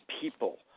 people